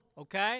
Okay